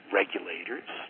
regulators